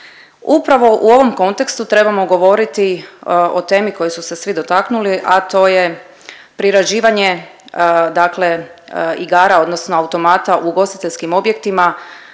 Upravo u ovom kontekstu trebamo govoriti o temi koje su se svi dotaknuli, a to je priređivanje dakle igara odnosno automata u ugostiteljskim objektima,